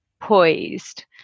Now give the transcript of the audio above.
poised